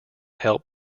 help